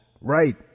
Right